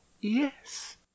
yes